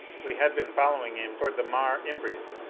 we had been following him toward the mare imbrium.